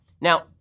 Now